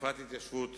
לתנופת התיישבות